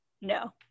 No